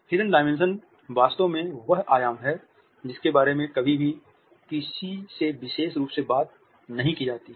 hidden dimension वास्तव में वह आयाम है जिसके बारे में कभी भी किसी से विशेष रूप से बात नहीं की जाती है